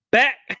back